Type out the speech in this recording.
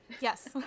yes